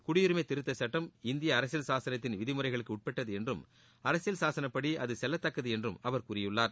குடியுரிமை திருத்தச் சட்டம் இந்திய அரசியல் சாசனத்தின் விதிமுறைக்கு உட்பட்டது என்றும் அரசியல் சாசனப்படி அது செல்லத்தக்கது என்றும் அவர் கூறியுள்ளார்